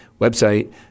website